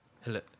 Hello